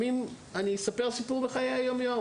אני אספר סיפור מחיי היום יום.